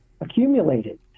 accumulated